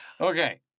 Okay